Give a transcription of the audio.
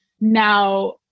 Now